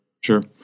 sure